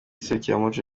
serukiramuco